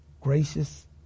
gracious